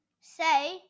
say